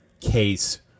case